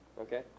Okay